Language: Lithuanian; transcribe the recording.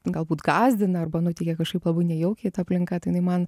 galbūt gąsdina arba nuteikia kažkaip labai nejaukiai ta aplinka tai jinai man